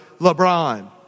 LeBron